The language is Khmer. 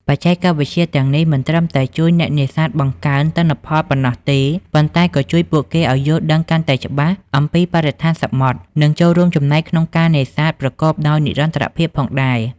បច្ចេកវិទ្យាទាំងនេះមិនត្រឹមតែជួយអ្នកនេសាទបង្កើនទិន្នផលប៉ុណ្ណោះទេ ប៉ុន្តែក៏ជួយពួកគេឲ្យយល់ដឹងកាន់តែច្បាស់អំពីបរិស្ថានសមុទ្រ និងចូលរួមចំណែកក្នុងការនេសាទប្រកបដោយនិរន្តរភាពផងដែរ។